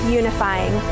unifying